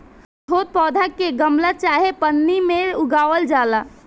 छोट पौधा के गमला चाहे पन्नी में उगावल जाला